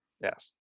Yes